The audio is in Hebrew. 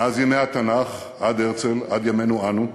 מאז ימי התנ"ך, עד הרצל, עד ימינו אנו,